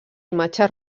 imatge